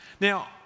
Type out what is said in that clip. Now